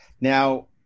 Now